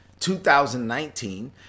2019